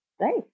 Right